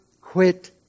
quit